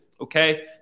Okay